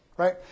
right